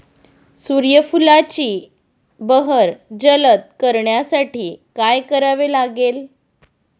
सूर्यफुलाची बहर जलद करण्यासाठी काय करावे लागेल?